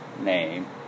name